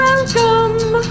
Welcome